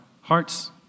hearts